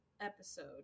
episode